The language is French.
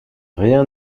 rien